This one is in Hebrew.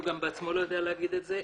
הוא בעצמו לא יודע להגיד את זה.